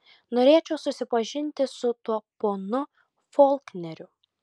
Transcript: norėčiau susipažinti su tuo ponu folkneriu